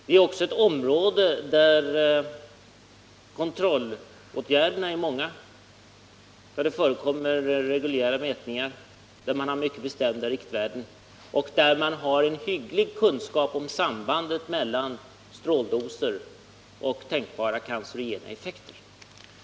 Det är också ett område där kontrollåtgärderna är många, där det förekommer reguljära mätningar, där man har mycket bestämda riktvärden och där man har en hygglig kunskap om sambandet mellan stråldoser och tänkbara cancerogena effekter.